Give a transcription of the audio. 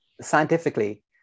scientifically